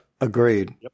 Agreed